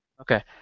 Okay